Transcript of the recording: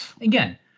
again